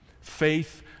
Faith